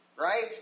Right